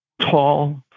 tall